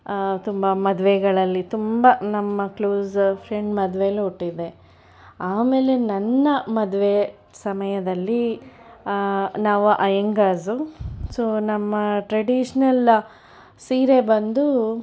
ತುಂಬ ಮದುವೆಗಳಲ್ಲಿ ತುಂಬ ನಮ್ಮ ಕ್ಲೋಸ್ ಫ್ರೆಂಡ್ ಮದ್ವೆಯಲೂ ಉಟ್ಟಿದ್ದೆ ಆಮೇಲೆ ನನ್ನ ಮದುವೆ ಸಮಯದಲ್ಲಿ ನಾವು ಅಯ್ಯಂಗಾರು ಸೊ ನಮ್ಮ ಟ್ರೆಡಿಷ್ನಲ್ ಸೀರೆ ಬಂದು